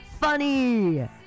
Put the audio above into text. funny